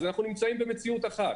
אז אנחנו נמצאים במציאות אחת.